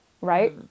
right